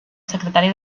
secretari